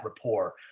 rapport